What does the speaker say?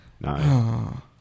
no